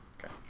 Okay